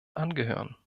angehören